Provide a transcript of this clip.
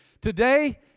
Today